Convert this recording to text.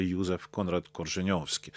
juzef konrad korženiovski